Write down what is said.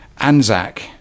anzac